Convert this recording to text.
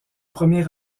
premier